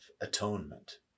atonement